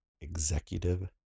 Executive